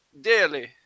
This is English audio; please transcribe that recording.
Daily